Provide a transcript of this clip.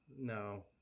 no